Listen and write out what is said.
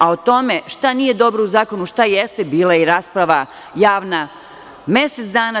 A, o tome šta nije dobro u zakonu, šta jeste, bila je i javna rasprava mesec dana.